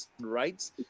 rights